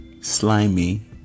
slimy